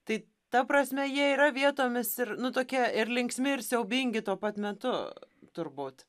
tai ta prasme jie yra vietomis ir nu tokie ir linksmi ir siaubingi tuo pat metu turbūt